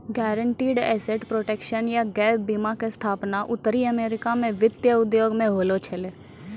guaranteed asset protection या gap बीमा के स्थापना उत्तरी अमेरिका मे वित्तीय उद्योग मे होलो छलै